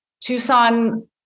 Tucson